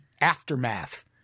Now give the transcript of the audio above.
aftermath